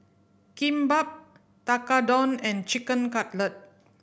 Kimbap Tekkadon and Chicken Cutlet